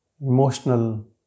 emotional